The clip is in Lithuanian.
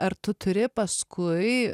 ar tu turi paskui